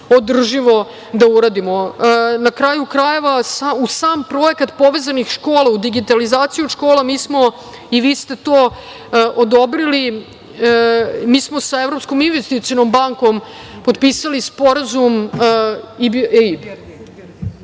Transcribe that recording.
održivo da uradimo. Na kraju krajeva, u sam projekat povezanih škola, digitalizacijom škola, mi smo, i vi ste to odobrili, mi smo sa Evropskom investicionom bankom potpisali sporazum, EIB,